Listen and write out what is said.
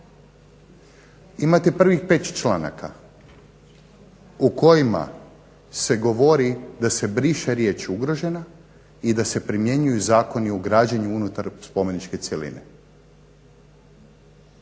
Imate prvih 5 članaka u kojima se govori da se briše riječ ugrožena i da se primjenjuju Zakoni o građenju unutar spomeničke cjeline.